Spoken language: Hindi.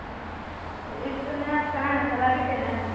इस समय आप कहाँ हैं तलाब ही पे हैं